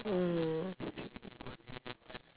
mm